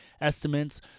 estimates